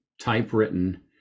typewritten